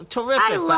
Terrific